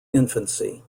infancy